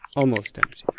almost empty.